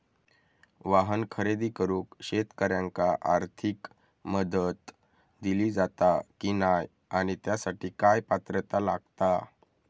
वाहन खरेदी करूक शेतकऱ्यांका आर्थिक मदत दिली जाता की नाय आणि त्यासाठी काय पात्रता लागता?